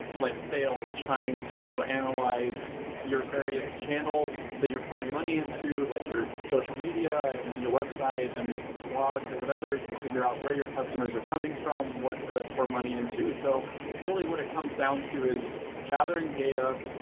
like sales, trying to analyze your various channels that you're pouring money into, like your social media, and your website, and blogs, or whatever, to figure out where your customers are coming from, what to pour money into so really, what it comes down to is gathering data,